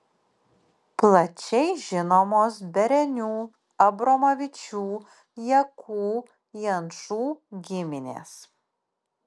plačiai žinomos berenių abromavičių jakų jančų giminės